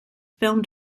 film